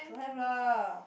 don't have lah